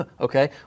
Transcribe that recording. Okay